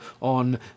on